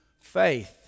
faith